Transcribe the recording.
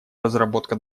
разработка